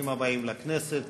ברוכים הבאים לכנסת.